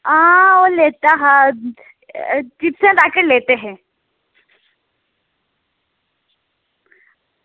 आं ओह् लैता हा किट्ठे पैकेट लैते हे